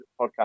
podcast